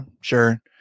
sure